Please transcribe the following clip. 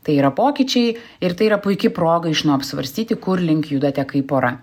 tai yra pokyčiai ir tai yra puiki proga iš naujo apsvarstyti kur link judate kaip pora